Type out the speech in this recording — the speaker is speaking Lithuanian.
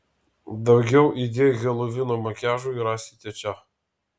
daugiau idėjų helovyno makiažui rasite čia